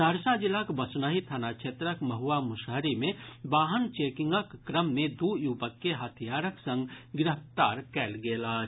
सहरसा जिलाक बसनही थाना क्षेत्रक महुआ मुसहरी मे वाहन चेकिंगक क्रम मे दू युवक के हथियारक संग गिरफ्तार कयल गेल अछि